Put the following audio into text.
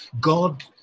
God